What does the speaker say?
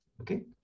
Okay